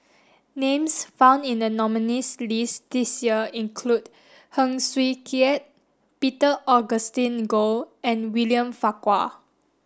names found in the nominees' list this year include Heng Swee Keat Peter Augustine Goh and William Farquhar